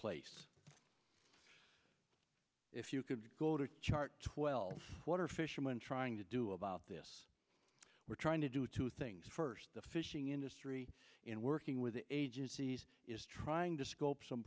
place if you could go to chart twelve what are fishermen trying to do about this we're trying to do two things first the fishing industry in working with the agencies is trying to scope some